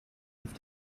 have